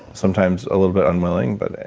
sometimes a little bit unwilling. but,